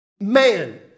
Man